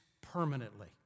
permanently